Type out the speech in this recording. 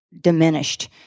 diminished